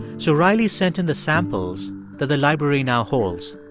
so riley sent him the samples that the library now holds.